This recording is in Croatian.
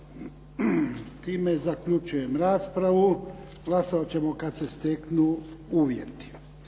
Time zaključujem raspravu. Glasovati ćemo kada se steknu uvjeti.